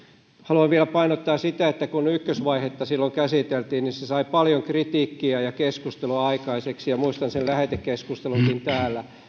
haluan vielä painottaa sitä että kun ykkösvaihetta silloin käsiteltiin niin se sai paljon kritiikkiä ja keskustelua aikaiseksi ja muistan sen lähetekeskustelunkin